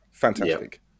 fantastic